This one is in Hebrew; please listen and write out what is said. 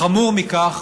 חמור מכך,